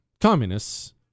communists